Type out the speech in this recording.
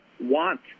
want